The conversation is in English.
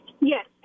Yes